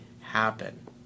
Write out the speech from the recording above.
happen